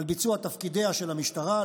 לביצוע תפקידיה של המשטרה,